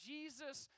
Jesus